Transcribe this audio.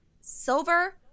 silver